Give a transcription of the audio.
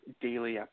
daily